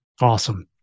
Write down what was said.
Awesome